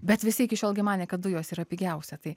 bet visi iki šiol gi manė kad dujos yra pigiausia tai